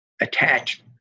attach